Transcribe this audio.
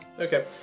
okay